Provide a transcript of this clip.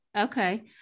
okay